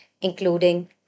including